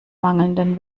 mangelnden